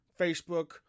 Facebook